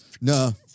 No